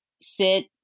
sit